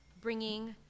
bringing